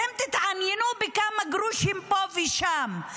אתם תתעניינו בכמה גרושים פה ושם,